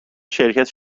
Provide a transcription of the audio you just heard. شرکت